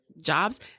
jobs